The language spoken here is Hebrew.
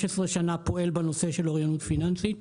שנה פועל בנושא של אוריינות פיננסית.